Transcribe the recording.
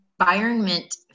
environment